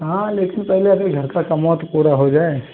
हाँ लेकिन पहले अभी घर का कम वो तो पूरा हो जाए